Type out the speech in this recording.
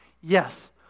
Yes